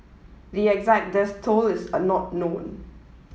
the exact death toll is not known